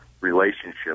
relationship